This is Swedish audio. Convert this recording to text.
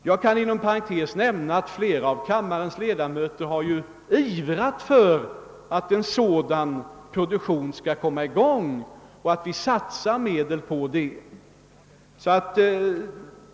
Jag kan inom parentes nämna att flera av kammarens ledamöter har ivrat för att en sådan produktion skall komma i gång och att vi skall satsa medel på den.